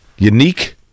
unique